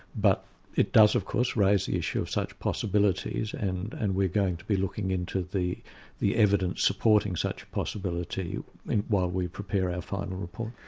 but it does of course raise the issue of such possibilities and and we're going to be looking into the the evidence supporting such a possibility while we prepare our final report.